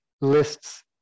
lists